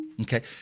Okay